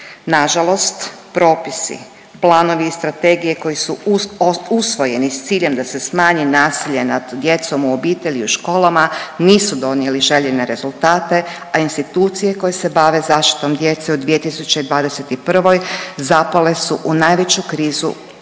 Nažalost propisi, planovi i strategije koji su usvojeni s ciljem da se smanji nasilje nad djecom u obitelji i u školama nisu donijeli željene rezultate, a institucije koje se bave zaštitom djecom u 2021. zapale su u najveću krizu povjerenja